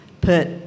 put